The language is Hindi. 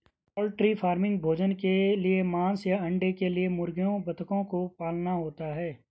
पोल्ट्री फार्मिंग भोजन के लिए मांस या अंडे के लिए मुर्गियों बतखों को पालना होता है